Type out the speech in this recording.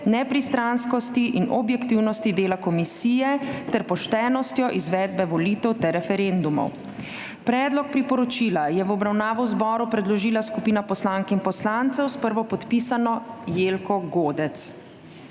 nepristranskosti in objektivnosti dela komisije ter poštenostjo izvedbe volitev ter referendumov, ki ga je Državnemu zboru v obravnavo predložila skupina poslank in poslancev s prvopodpisano Jelko Godec.